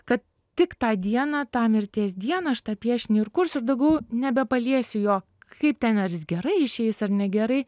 kad tik tą dieną tą mirties dieną aš tą piešinį ir kursiu ir daugiau nebepaliesiu jo kaip ten ar jis gerai išeis ar negerai